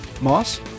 moss